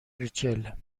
ریچل